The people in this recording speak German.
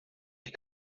ich